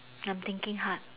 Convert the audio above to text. I'm thinking hard